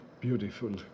Beautiful